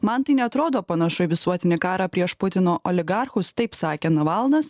man tai neatrodo panašu į visuotinį karą prieš putino oligarchus taip sakė navalnas